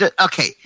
Okay